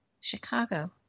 Chicago